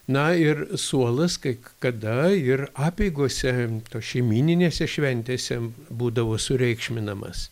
na ir suolas kai kada ir apeigose to šeimyninėse šventėse būdavo sureikšminamas